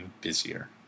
busier